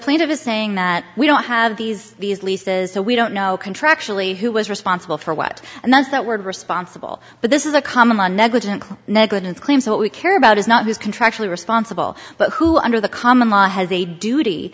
is saying that we don't have these these leases so we don't know contractually who was responsible for what and that's that word responsible but this is a common law negligent negligence claims what we care about is not who's contractually responsible but who under the common law has a duty